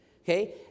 Okay